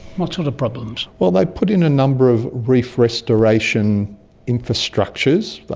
what sort of problems? well, they put in a number of reef restoration infrastructures,